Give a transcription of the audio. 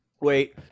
Wait